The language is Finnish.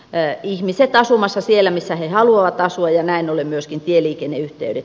ja ihmiset asumassa siellä missä he haluavat asua ja näin ollen myöskin tieliikenneyhteydet